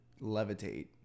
levitate